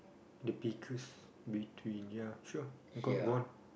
the biggest between ya sure go on go on